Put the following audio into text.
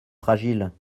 fragile